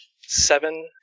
seven